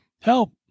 Help